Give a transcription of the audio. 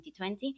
2020